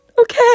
okay